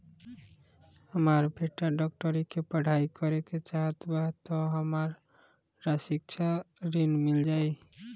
हमर बेटा डाक्टरी के पढ़ाई करेके चाहत बा त हमरा शिक्षा ऋण मिल जाई?